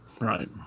Right